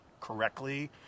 correctly